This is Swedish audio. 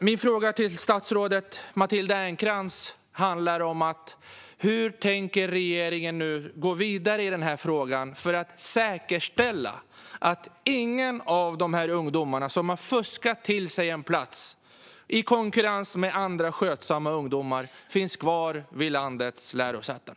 Min fråga till statsrådet Matilda Ernkrans är: Hur tänker regeringen gå vidare i denna fråga för att säkerställa att inga av de ungdomar som har fuskat sig till en plats i konkurrens med andra, skötsamma ungdomar får finnas kvar vid landets lärosäten?